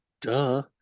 duh